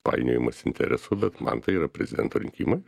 painiojimas interesų bet man tai yra prezidento rinkimai